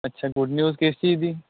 ਅੱਛਾ good news ਕਿਸ ਚੀਜ਼ ਦੀ